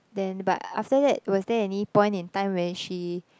then but after that was there any point in time when she